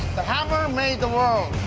the hammer made the world.